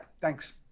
thanks